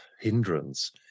hindrance